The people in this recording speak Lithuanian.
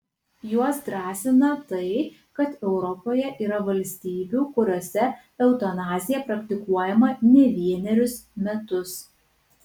juos drąsina tai kad europoje yra valstybių kuriose eutanazija praktikuojama ne vienerius metus